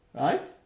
Right